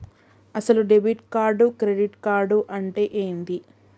అసలు debit card credit card అంటే ఏంది?